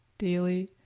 daily,